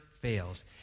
fails